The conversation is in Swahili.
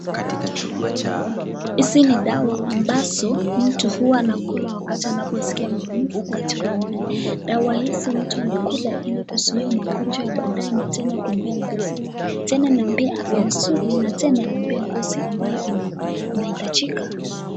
Hizi ni dawa ambazo mtu huwa anakula wakati anaposikia maumivu katika mwili. Dawa hizi mtu anakula ili kuzuia magonjwa ya baadaye na tena kumpea nguvu. Tena inampea afya nzuri na tena inampea ngozi ambayo inahitajika.